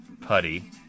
putty